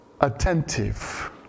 Attentive